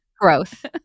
Growth